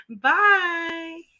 Bye